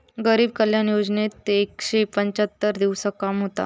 गरीब कल्याण योजनेत एकशे पंच्याहत्तर दिवसांत काम होता